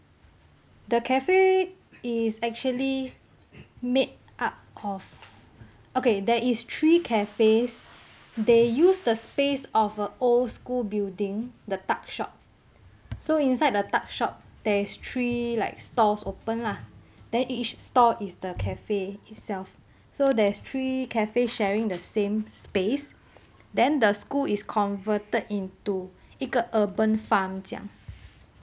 the cafe is actually made up of okay there is three cafes they use the space of a old school building the tuck shop so inside the tuck shop there's three like stores open lah then each store is the cafe itself so there's three cafe sharing the same space then the school is converted into got urban farm 这样